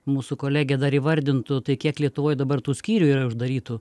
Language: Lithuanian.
mūsų kolegė dar įvardintų tai kiek lietuvoj dabar tų skyrių yra uždarytų